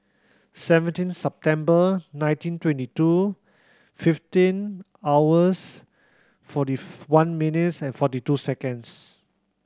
seventeen September nineteen twenty two fifteen hours forty one minutes and forty two seconds